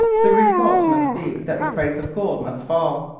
the result must be that the price of gold must fall,